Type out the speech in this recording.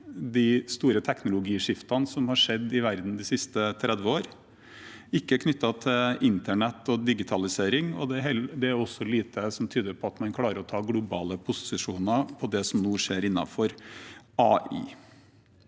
de store teknologiskiftene som har skjedd i verden de siste 30 årene, ikke knyttet til internett og digitalisering. Det er også lite som tyder på at man klarer å ta globale posisjoner på det som nå skjer innenfor AI.